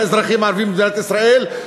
האזרחים הערבים במדינת ישראל,